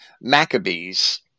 Maccabees